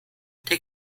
der